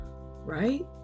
right